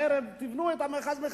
בערב תבנו מחדש את המאחז.